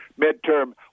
midterm